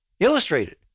Illustrated